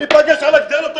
לא צריך תקנות.